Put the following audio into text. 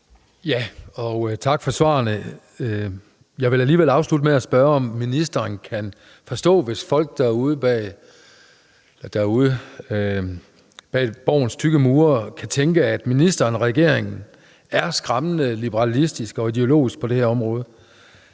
(S): Tak for svarene. Jeg vil alligevel afslutte med at spørge, om ministeren kan forstå, hvis folk derude bag Borgens tykke mure kan tænke, at ministeren og regeringen er skræmmende liberalistiske og ideologiske på det her område,